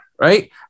right